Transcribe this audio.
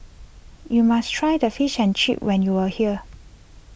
you must try the Fish and Chips when you are here